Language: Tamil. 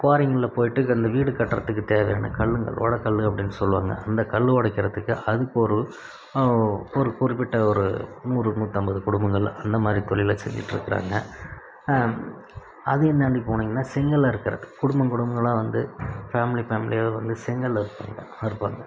குவாரிங்களில் போயிட்டு கல் அந்த வீடு கட்டுறதுக்கு தேவையான கல்ங்க ஓடக்கல் அப்படின்னு சொல்வாங்க அந்த கல் உடக்கிறதுக்கு அதுக்கு ஒரு ஒரு குறிப்பிட்ட ஒரு நூறு நூற்றம்பது குடும்பங்கள் அந்த மாதிரி தொழிலை செஞ்சுட்டு இருக்கிறாங்க அதையும் நம்பி போனிங்ன்னால் செங்கல் அறுக்கிறது குடும்பம் குடும்பங்களாக வந்து ஃபேம்லி ஃபேம்லியாக வந்து செங்கல் அறுப்பாங்க அறுப்பாங்க